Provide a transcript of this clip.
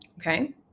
Okay